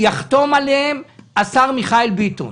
תקנות שיחתום עליהן השר מיכאל ביטון.